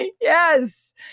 Yes